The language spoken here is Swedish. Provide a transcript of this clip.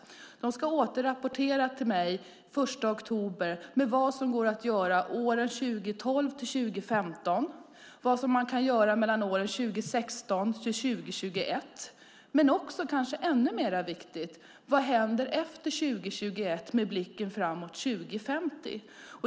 De ska återrapportera till mig den 1 oktober med vad som går att göra 2012-2015, vad man kan göra 2016-2021 men också och kanske ännu viktigare, vad som händer efter 2021 med blicken fram mot 2050.